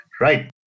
Right